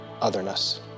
otherness